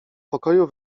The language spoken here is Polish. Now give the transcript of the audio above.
pokoju